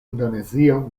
indonezio